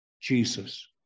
Jesus